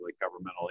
governmental